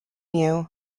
you